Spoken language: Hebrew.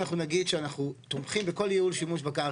אנחנו נגיד שאנחנו תומכים בכל ייעול שימוש בקרקע.